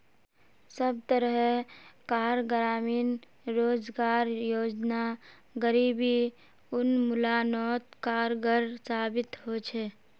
सब तरह कार ग्रामीण रोजगार योजना गरीबी उन्मुलानोत कारगर साबित होछे